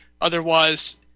Otherwise